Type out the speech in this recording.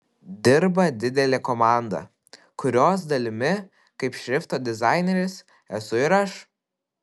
dirba didelė komanda kurios dalimi kaip šrifto dizaineris esu ir aš